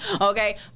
okay